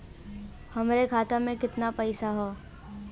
हमरे खाता में कितना पईसा हौ?